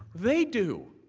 they do.